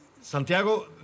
Santiago